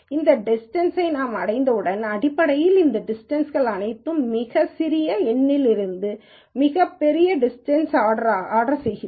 இந்த டிஸ்டன்ஸை நாம் அடைந்தவுடன் அடிப்படையில் இந்த டிஸ்டன்ஸ் கள் அனைத்தையும் மிகச் சிறிய எண்ணிலிருந்து மிகப் பெரிய டிஸ்டன்ஸை ஆர்டர் செய்கிறேன்